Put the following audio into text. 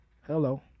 hello